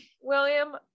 William